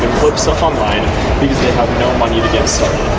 flip stuff online because they have no money to get so